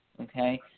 Okay